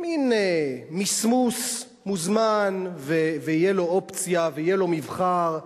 מין מסמוס, מוזמן ותהיה לו אופציה ויהיה לו מבחר.